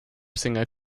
singer